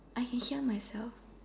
I can hear myself